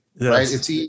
right